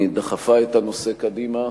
דחפה את הנושא קדימה,